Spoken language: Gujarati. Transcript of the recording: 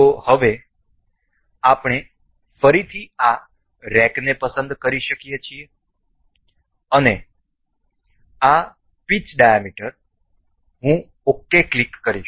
તેથી હવે અમે ફરીથી આ રેકને પસંદ કરી શકીએ છીએ અને આ પિચ ડાયામીટર હું ok ક્લિક કરીશ